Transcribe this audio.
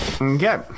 Okay